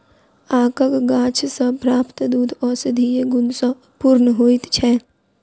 आकक गाछ सॅ प्राप्त दूध औषधीय गुण सॅ पूर्ण होइत छै